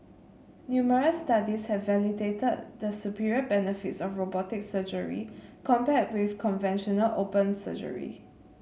numerous studies have validated the superior benefits of robotic surgery compared with conventional open surgery